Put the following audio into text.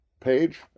Page